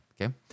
okay